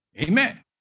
amen